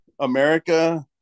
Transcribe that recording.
America